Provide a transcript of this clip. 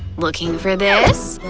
looking for this?